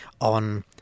on